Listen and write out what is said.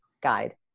guide